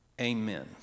Amen